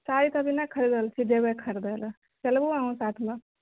साड़ी तऽ अभी नहि खरीदलकै जयबै ख़रीदयलए चलबहु साथ मे